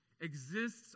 exists